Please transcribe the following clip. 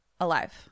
Alive